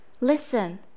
Listen